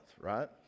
right